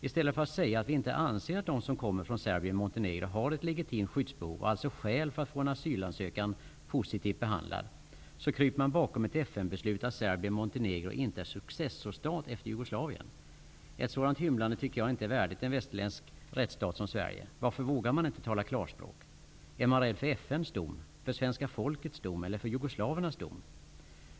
I stället för att säga att vi inte anser att de som kommer från Serbien--Montenegro har ett legitimt skyddsbehov och alltså skäl för att få en asylansökan positivt behandlad, kryper man bakom ett FN-beslut om att Serbien--Montenegro inte är successorstat efter Jugoslavien. Ett sådant hymlande tycker jag inte är värdigt en västerländsk rättstat som Sverige. Varför vågar man inte tala klarspråk? Är man rädd för FN:s dom, för svenska folkets dom ellr för jugoslavernas dom?